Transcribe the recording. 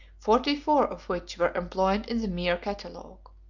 forty-four of which were employed in the mere catalogue.